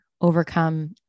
overcome